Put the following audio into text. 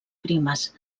primes